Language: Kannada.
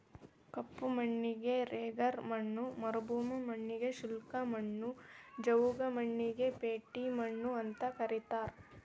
ಕಪ್ಪು ಮಣ್ಣಿಗೆ ರೆಗರ್ ಮಣ್ಣ ಮರುಭೂಮಿ ಮಣ್ಣಗೆ ಶುಷ್ಕ ಮಣ್ಣು, ಜವುಗು ಮಣ್ಣಿಗೆ ಪೇಟಿ ಮಣ್ಣು ಅಂತ ಕರೇತಾರ